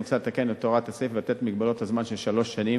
מוצע לתקן את הוראות הסעיף ולבטל את מגבלת הזמן של שלוש השנים